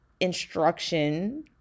instruction